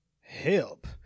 help